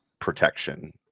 protection